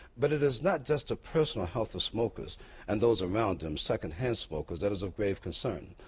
but it is not just the personal health of smokers and those around them, secondhand smokers, that is of grave concern.